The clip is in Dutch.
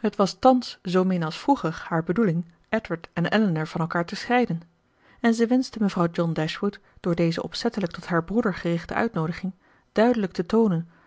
het was thans zoomin als vroeger haar bedoeling edward en elinor van elkaar te scheiden en zij wenschte mevrouw john dashwood door deze opzettelijk tot haar broeder gerichte uitnoodiging duidelijk te toonen